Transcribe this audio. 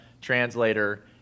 translator